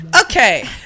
Okay